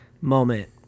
moment